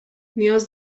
نیاز